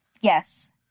Yes